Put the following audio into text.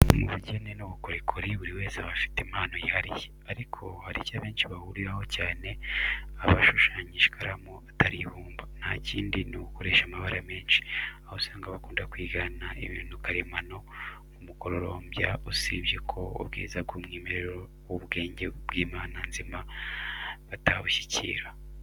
Mu bugeni n'ubukorikori buri wese aba afite impano yihariye, ariko hari icyo abenshi bahuriraho cyane abashushanyisha ikaramu atari ibumba, nta kindi ni ugukoresha amabara menshi, aho usanga bakunda kwigana ibintu karemano nk'umukororombya, usibye ko ubwiza bw'umwimerere w'ubwenge bw'Imana nzima batabushyikira.